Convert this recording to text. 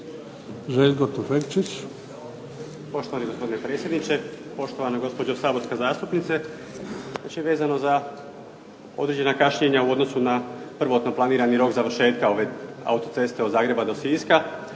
Željko** Poštovani gospodine predsjedniče, poštovana gospođo saborska zastupnice. Znači, vezano za određena kašnjenja u odnosu na prvotno planirani rok završetka ove autoceste od Zagreba do Siska.